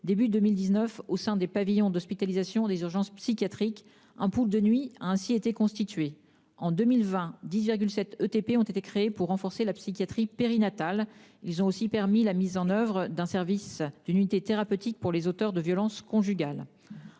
2019 au sein des pavillons d'hospitalisation et des urgences psychiatriques. Un pool de nuit a ainsi été constitué. En 2020, 10,7 ETP ont été créés pour renforcer la psychiatrie périnatale. Ils ont aussi permis la mise en service d'une unité thérapeutique pour les auteurs de violences conjugales.